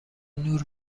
نور